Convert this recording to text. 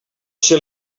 ser